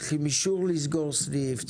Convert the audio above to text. צריכים אישור לסגור סניף,